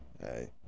hey